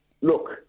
look